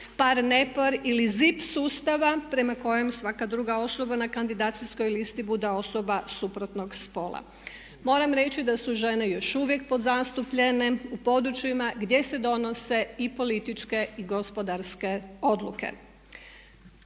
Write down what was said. par nepar ili zip sustava prema kojem svaka druga osoba na kandidacijskoj listi bude osoba suprotnog spola. Moram reći da su žene još uvijek podzastupljene u područjima gdje se donose i političke i gospodarske odluke.